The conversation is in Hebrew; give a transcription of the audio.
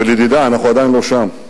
אבל, ידידי, אנחנו עדיין לא שם.